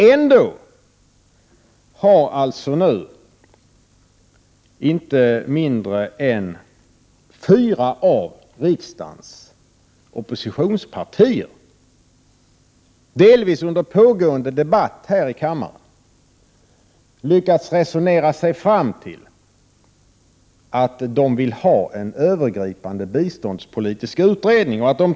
Ändå har alltså nu inte mindre än fyra av riksdagens oppositionspartier, delvis under pågående debatt här i kammaren, lyckats resonera sig fram till att de vill ha en övergripande biståndspolitisk utredning.